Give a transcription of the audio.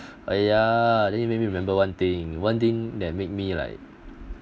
ah ya then you make me remember one thing one thing that make me like